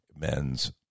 men's